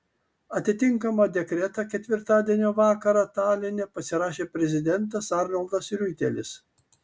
atitinkamą dekretą ketvirtadienio vakarą taline pasirašė prezidentas arnoldas riuitelis